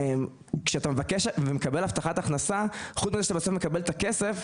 שכשאתה מקבל הבטחת הכנסה חוץ מזה שאתה מקבל בסוף את הכסף,